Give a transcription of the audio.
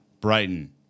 Brighton